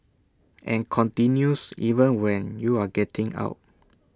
and continues even when you're getting out